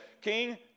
King